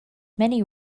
many